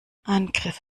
angriff